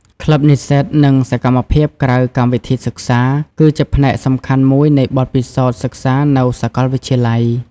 ក្លឹបនិស្សិត និងសកម្មភាពក្រៅកម្មវិធីសិក្សា គឺជាផ្នែកសំខាន់មួយនៃបទពិសោធន៍សិក្សានៅសាកលវិទ្យាល័យ។